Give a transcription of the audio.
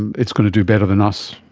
and it's going to do better than us,